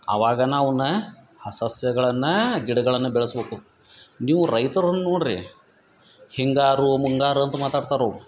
ಆವಾಗನ ಅವನ್ನ ಆ ಸಸ್ಯಗಳನ್ನ ಗಿಡಗಳನ್ನ ಬೆಳಸ್ಬಕು ನೀವು ರೈತರನ್ನ ನೋಡ್ರಿ ಹಿಂಗಾರು ಮುಂಗಾರು ಅಂತ ಮಾತಾಡ್ತಾರವ್ರು